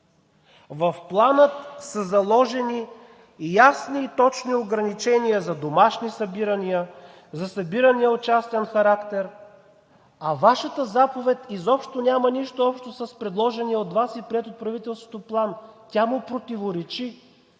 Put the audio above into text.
В Плана са заложени ясни и точни ограничения за домашни събирания, за събирания от частен характер, а Вашата заповед изобщо няма нищо общо с предложения от Вас и приет от правителството План. Тя му противоречи.